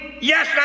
Yes